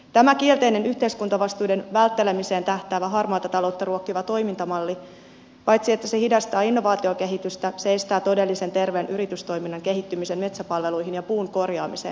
tämä kielteinen yhteiskuntavastuiden välttelemiseen tähtäävä harmaata taloutta ruokkiva toimintamalli paitsi hidastaa innovaatiokehitystä myös estää todellisen terveen yritystoiminnan kehittymisen metsäpalveluihin ja puun korjaamiseen